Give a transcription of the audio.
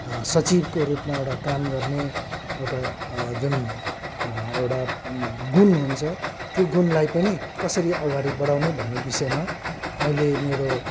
सचिवको रूपमा एउटा काम गर्ने एउटा जुन एउटा गुण हुन्छ त्यो गुणलाई पनि कसरी अगाडि बडाउने भन्ने विषयमा मैले मेरो